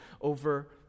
over